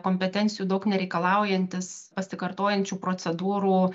kompetencijų daug nereikalaujantis pasikartojančių procedūrų